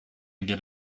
get